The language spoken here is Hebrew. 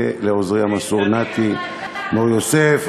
ולעוזרי המסור נתי מור-יוסף,